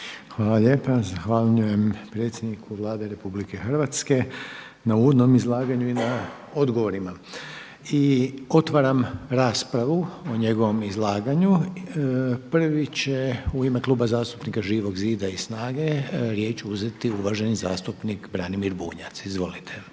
Hvala lijepa. Zahvaljujem predsjedniku Vlade RH na uvodnom izlaganju i na odgovorima. I otvaram raspravu o njegovom izlaganju. Prvi će u ime Kluba zastupnika Živog zida i SNAGA-e riječ uzeti uvaženi zastupnik Branimir Bunjac. Izvolite.